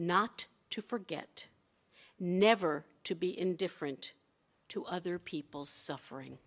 not to forget never to be indifferent to other people's suffering